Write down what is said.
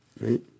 Right